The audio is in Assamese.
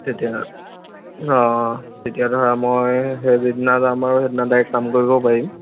তেতিয়া অঁ তেতিয়া ধৰা মই সেই যিদিনা যাম আৰু সেইদিনা ডাইৰেক্ট কাম কৰিব পাৰিম